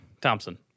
thompson